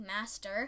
master